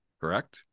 Correct